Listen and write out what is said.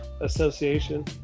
association